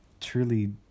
truly